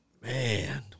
man